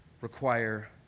require